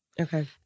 Okay